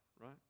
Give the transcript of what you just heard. right